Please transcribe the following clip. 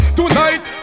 tonight